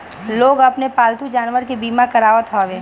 लोग अपनी पालतू जानवरों के बीमा करावत हवे